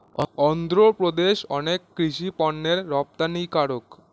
অন্ধ্রপ্রদেশ অনেক কৃষি পণ্যের রপ্তানিকারক